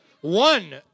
One